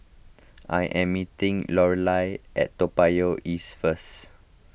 I am meeting Lorelai at Toa Payoh East first